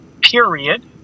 period